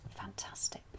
fantastic